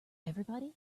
everybody